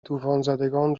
طوفانزدگان